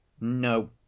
No